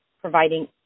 providing